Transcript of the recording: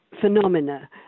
phenomena